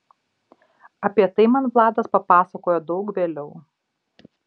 apie tai man vladas papasakojo daug vėliau